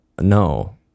no